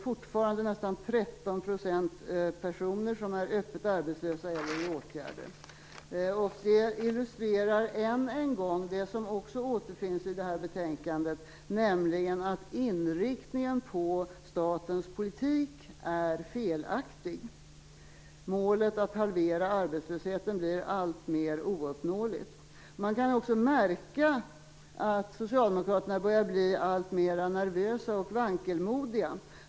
Fortfarande är nästan 13 % öppet arbetslösa eller i åtgärder. Det illustrerar än en gång det som också återspeglas i betänkandet, nämligen att inriktningen av statens politik är felaktig. Målet att halvera arbetslösheten blir alltmer ouppnåeligt. Man kan också märka att socialdemokraterna börjar bli alltmer nervösa och vankelmodiga.